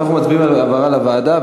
עכשיו אנחנו מצביעים על העברה לוועדה,